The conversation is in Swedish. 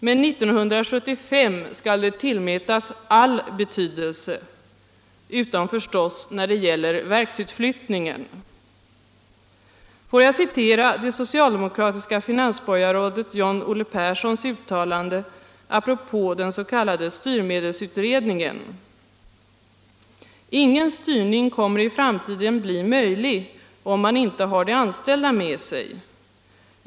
Men 1975 skall de tillmätas all betydelse —- utom förstås när det gäller verksutflyttningen. Får jag citera det socialdemokratiska finansborgarrådet John-Olle Perssons uttalande apropå den s.k. styrmedelsutredningen: Ingen styrning kommer i framtiden att bli möjlig om man inte har de anställda med sig.